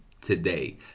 today